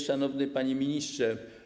Szanowny Panie Ministrze!